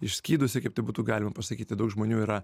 išskydusi kaip tai būtų galima pasakyti daug žmonių yra